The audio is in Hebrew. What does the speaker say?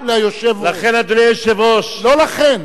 לכן, אדוני היושב-ראש, לא "לכן".